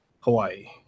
Hawaii